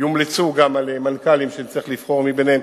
יומלצו גם מנכ"לים ונצטרך לבחור מביניהם,